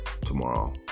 tomorrow